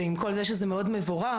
שעם כל זה שזה מאוד מבורך,